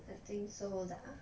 I think so lah